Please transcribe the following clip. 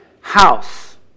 house